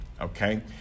okay